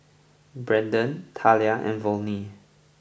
Brandon Thalia and Volney